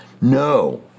No